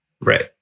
Right